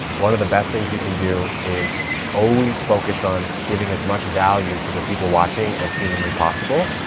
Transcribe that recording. one of the best things you can do is always focus on giving as much value to the people watching as humanly possible.